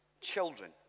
children